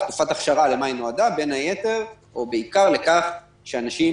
תקופת אכשרה נועדה בין היתר ובעיקר לכך שאנשים